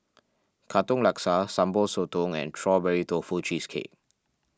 Katong Laksa Sambal Sotong and Strawberry Tofu Cheesecake